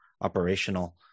operational